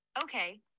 Okay